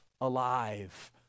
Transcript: alive